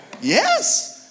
Yes